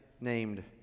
named